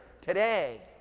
today